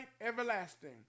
everlasting